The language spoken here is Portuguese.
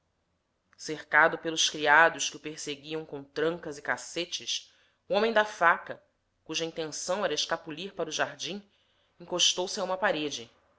cercado pelos criados que o perseguiam com trancas e cacetes o homem da faca cuja intenção era escapulir para o jardim encostou-se a uma parede